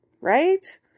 Right